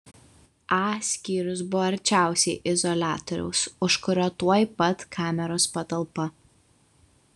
a skyrius buvo arčiausiai izoliatoriaus už kurio tuoj pat kameros patalpa